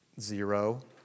Zero